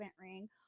ring